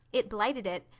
it blighted it.